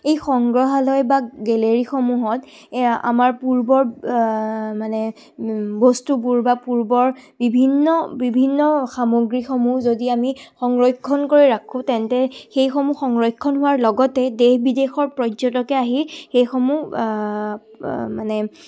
এই সংগ্ৰহালয় বা গেলেৰিসমূহত আমাৰ পূৰ্বৰ মানে বস্তুবোৰ বা পূৰ্বৰ বিভিন্ন বিভিন্ন সামগ্ৰীসমূহ যদি আমি সংৰক্ষণ কৰি ৰাখোঁ তেন্তে সেইসমূহ সংৰক্ষণ হোৱাৰ লগতে দেশ বিদেশৰ পৰ্যটকে আহি সেইসমূহ মানে